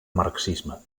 marxisme